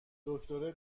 دکتره